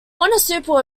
municipal